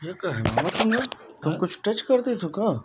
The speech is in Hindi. यह कहाँ तुमने कहीं कुछ टच कर दिए थे क्या